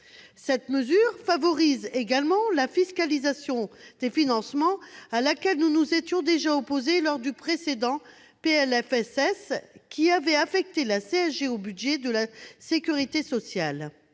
Cette mesure favorise également la fiscalisation des financements, à laquelle nous nous étions déjà opposés lors du précédent PLFSS, qui avait affecté la CSG au budget de la sécurité sociale.